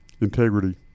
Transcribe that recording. integrity